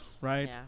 Right